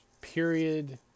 period